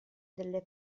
delle